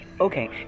Okay